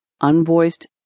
unvoiced